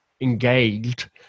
engaged